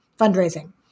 fundraising